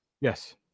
Yes